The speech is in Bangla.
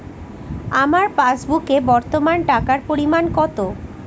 আমার পাসবুকে বর্তমান টাকার পরিমাণ কত?